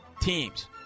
teams